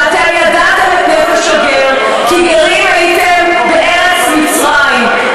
ואתם ידעתם את נפש הגר כי גרים הייתם בארץ מצרים".